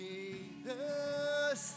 Jesus